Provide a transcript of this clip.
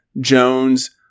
Jones